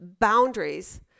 boundaries